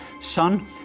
son